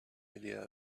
idea